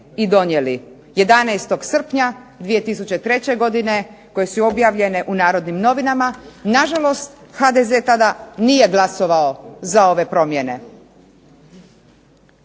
11. srpnja 2003. godine koje su objavljenje u Narodnim novinama. Nažalost, HDZ tada nije glasovao za ove promjene.